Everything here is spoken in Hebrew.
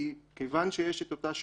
בגלל אותה שונות,